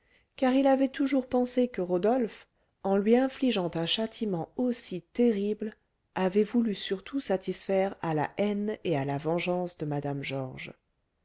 car il avait toujours pensé que rodolphe en lui infligeant un châtiment aussi terrible avait voulu surtout satisfaire à la haine et à la vengeance de mme georges